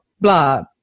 blah